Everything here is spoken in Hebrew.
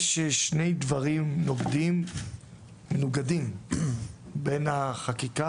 יש שני דברים מנוגדים בין החקיקה